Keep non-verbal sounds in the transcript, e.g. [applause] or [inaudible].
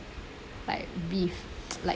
like be~ [noise] like